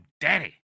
daddy